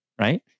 right